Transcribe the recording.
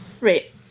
Right